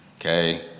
okay